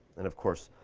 and of course,